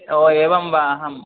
ओ एवं वा अहं